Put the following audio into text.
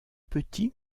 petit